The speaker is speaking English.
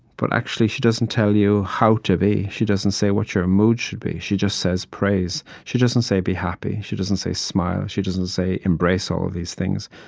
but actually, she doesn't tell you how to be she doesn't say what your mood should be. she just says, praise. she doesn't say, be happy. she doesn't say, smile. she doesn't say, embrace all of these things.